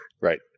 right